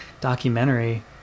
documentary